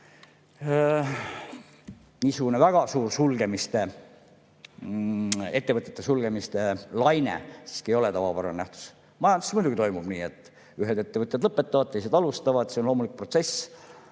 Niisugune väga suur ettevõtete sulgemiste laine siiski ei ole tavapärane nähtus. Majanduses muidugi toimub nii, et ühed ettevõtjad lõpetavad, teised alustavad, see on loomulik protsess.